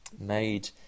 made